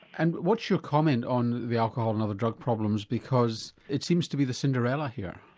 and what's your comment on the alcohol and other drug problems because it seems to be the cinderella here?